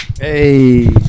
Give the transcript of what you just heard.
Hey